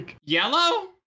Yellow